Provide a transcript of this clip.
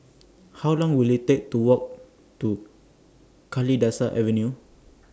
How Long Will IT Take to Walk to Kalidasa Avenue